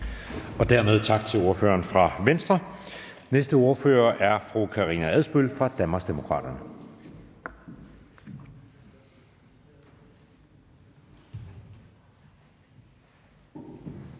Dermed tak til ordføreren fra Venstre. Den næste ordfører er fru Karina Adsbøl fra Danmarksdemokraterne.